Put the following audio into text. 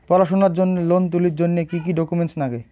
পড়াশুনার জন্যে লোন তুলির জন্যে কি কি ডকুমেন্টস নাগে?